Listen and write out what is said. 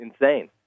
insane